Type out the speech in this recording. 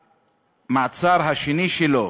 במעצר השני שלו,